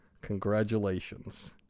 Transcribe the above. Congratulations